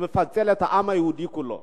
שמפצל את העם היהודי כולו.